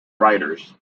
writers